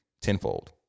tenfold